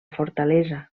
fortalesa